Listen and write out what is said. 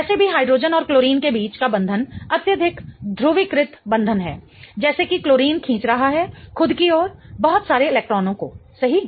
वैसे भी हाइड्रोजन और क्लोरीन के बीच का बंधन अत्यधिक ध्रुवीकृत बंधन है जैसे कि क्लोरीन खींच रहा है खुद की ओर बहुत सारे इलेक्ट्रॉनों को सही